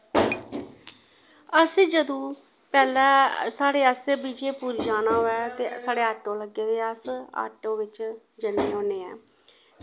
अस जदूं पैह्लै साढ़े आस्तै विजयपुर जाना होऐ ते साढ़े आटो लग्गे दे अस आटो बिच्च जन्ने होन्ने आं